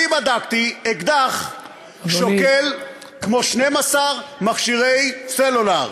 אני בדקתי, אקדח שוקל כמו 12 מכשירי סלולר.